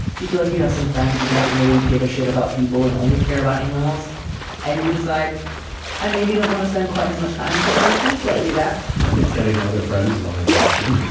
if you feel like you have some friends who don't really give a shit about people and only care about animals and you decide i maybe don't want to spend quite as much time with this person, right? do that. yeah. i think getting other friends is always an option.